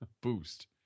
boost